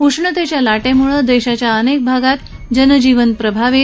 उष्णतेच्या लाटेम्ळं देशाच्या अनेक भागात जनजीवन प्रभावित